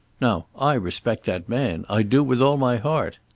now i respect that man i do with all my heart.